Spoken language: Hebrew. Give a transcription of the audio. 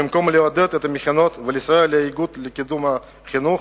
במקום לעודד את המכינות ולסייע לאגודה לקידום החינוך,